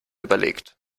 überlegt